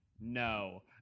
no